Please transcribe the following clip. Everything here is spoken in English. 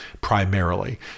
primarily